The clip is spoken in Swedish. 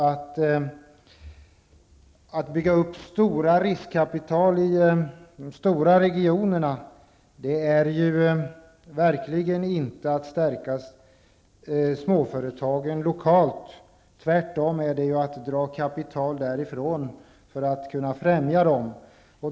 Att bygga upp stora riskkapital i de stora regionerna innebär verkligen inte att man stärker småföretagen lokalt. Det gör man däremot genom att dra kapital därifrån för att kunna främja dem.